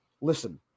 listen